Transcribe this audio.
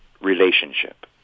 relationship